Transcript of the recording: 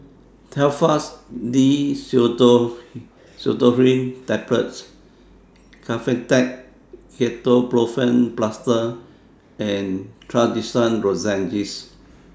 Telfast D Pseudoephrine Tablets Kefentech Ketoprofen Plaster and Trachisan Lozenges